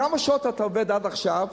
כמה שעות אתה עובד עד עכשיו?